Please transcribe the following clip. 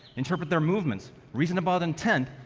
interpret their movements, reason about intent,